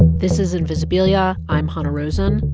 this is invisibilia. i'm hanna rosin.